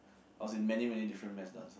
I was in many many different mass dances